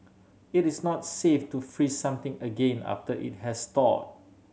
it is not safe to freeze something again after it has thawed